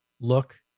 look